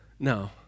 No